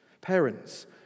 Parents